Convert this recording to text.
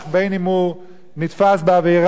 בין שהוא נתפס בעבירה,